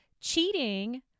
cheating